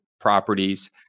properties